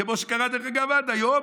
כמו שקרה עד היום,